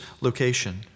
location